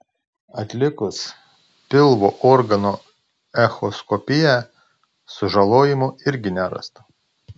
atlikus pilvo organų echoskopiją sužalojimų irgi nerasta